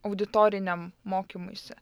auditoriniam mokymuisi